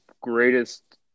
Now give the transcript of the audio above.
greatest